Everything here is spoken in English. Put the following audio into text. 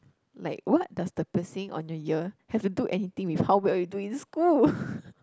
like what does the piercing on your ear have to do anything with how well you do in school